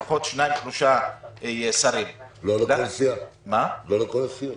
לפחות שניים-שלושה שרים --- לא לכל הסיעות.